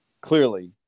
clearly